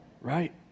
right